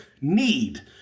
need